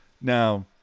Now